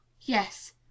Yes